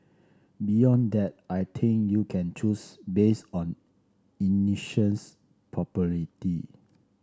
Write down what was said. beyond that I think you can choose based on